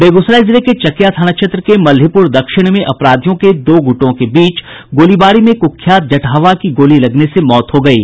बेगूसराय जिले के चकिया थाना क्षेत्र के मल्हीपुर दक्षिण में अपराधियों के दो गूटों के बीच गोलीबारी में कुख्यात जटहवा की गोली लगने से मौत हो गयी